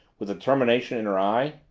with determination in her eye.